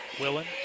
Willen